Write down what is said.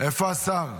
איפה השר?